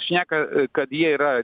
šneka kad jie yra